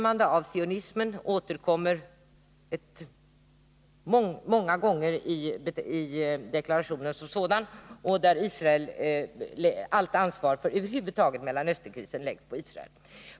Allt ansvar för Mellanösternkrisen läggs på Israel. Fördömandet av sionismen återkommer många gånger i deklarationen.